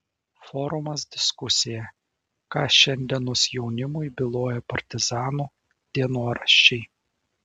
forumas diskusija ką šiandienos jaunimui byloja partizanų dienoraščiai